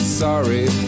sorry